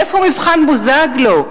איפה מבחן בוזגלו?